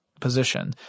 position